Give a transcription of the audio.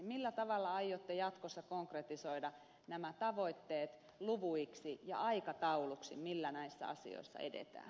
millä tavalla aiotte jatkossa konkretisoida nämä tavoitteet luvuiksi ja aikatauluksi millä näissä asioissa edetään